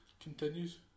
Continues